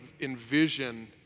envision